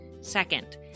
Second